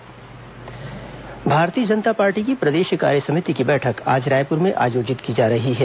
भाजपा कार्यसमिति बैठक भारतीय जनता पार्टी की प्रदेश कार्यसमिति की बैठक आज रायपुर में आयोजित की जा रही है